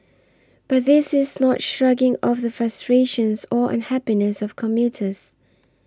but this is not shrugging off the frustrations or unhappiness of commuters